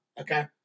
okay